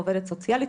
עובדת סוציאלית,